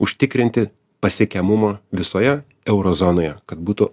užtikrinti pasiekiamumą visoje euro zonoje kad būtų